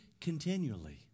continually